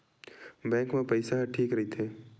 Bank मा पईसा ह ठीक राइथे?